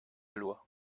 loi